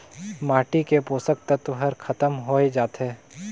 माटी के पोसक तत्व हर खतम होए जाथे